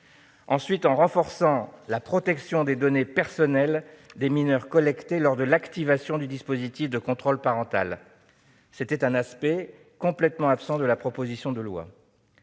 il a renforcé la protection des données personnelles des mineurs collectées lors de l'activation du dispositif de contrôle parental. C'était un aspect complètement absent de la proposition de loi